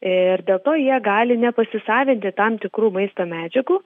ir dėl to jie gali nepasisavinti tam tikrų maisto medžiagų